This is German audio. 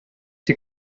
die